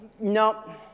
no